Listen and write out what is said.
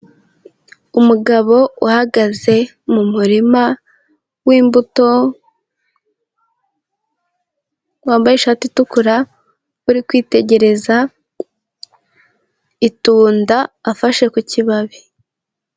Umugabo uhagaze mu murima w'imbuto wambaye ishati itukura, uri kwitegereza itunda afashe ku kibabi.